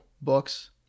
books